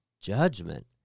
judgment